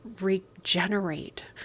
regenerate